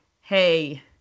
Hey